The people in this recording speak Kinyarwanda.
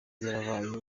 yarabaye